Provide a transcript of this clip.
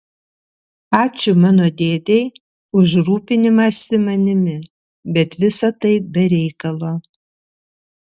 ačiū mano dėdei už rūpinimąsi manimi bet visa tai be reikalo